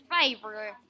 favorite